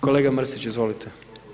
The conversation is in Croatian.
Kolega Mrsić, izvolite.